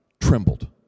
trembled